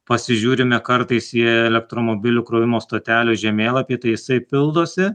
pasižiūrime kartais į elektromobilių krovimo stotelių žemėlapį tai jisai pildosi